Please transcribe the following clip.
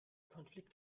konflikt